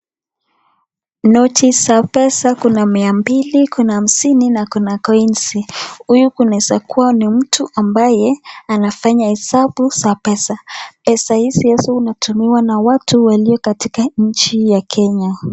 Noti za pesa kuna mia mbili, kuna hamsini na kuna coinsi , huyu kunaezakua ni mtu ambaye anafanya hesabu za pesa, pesa hizi azo zinatumiwa na watu ambao wako katika nchi ya kenya.